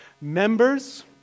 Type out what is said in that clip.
Members